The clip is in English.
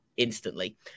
Instantly